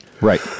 right